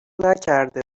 نکرده